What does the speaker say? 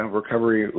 recovery